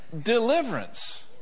Deliverance